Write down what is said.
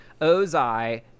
Ozai